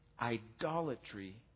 idolatry